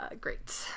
Great